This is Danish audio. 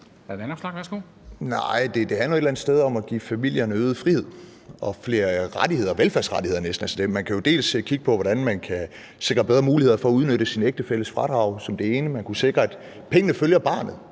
handler et eller andet sted om at give familierne øget frihed og flere velfærdsrettigheder. Man kan jo dels kigge på, hvordan man kan sikre bedre muligheder for at udnytte sin ægtefælles fradrag som det ene, og man kunne sikre, at pengene følger barnet,